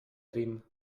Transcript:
riem